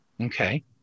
Okay